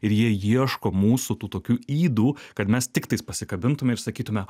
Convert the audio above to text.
ir jie ieško mūsų tų tokių ydų kad mes tiktais pasikabintume ir sakytume